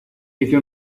dice